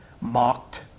Mocked